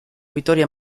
vittorio